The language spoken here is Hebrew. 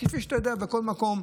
כפי שאתה יודע, בכל מקום,